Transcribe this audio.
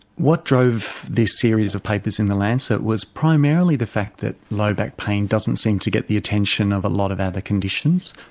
what drove this series of papers in the lancet was primarily the fact that low back pain doesn't seem to get the attention of a lot of other conditions.